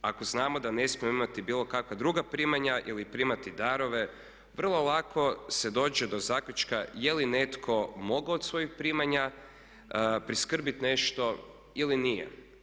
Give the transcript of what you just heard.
Ako znamo da ne smijemo imati bilo kakva druga primanja ili primati darove vrlo lako se dođe do zaključka je li netko mogao od svojih primanja priskrbiti nešto ili nije.